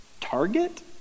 target